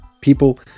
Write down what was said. people